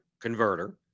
converter